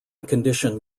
condition